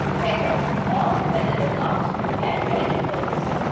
whether or whether or not as joining words.